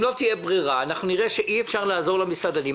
אם לא תהיה ברירה ואנחנו נראה שאי אפשר לעזור למסעדנים,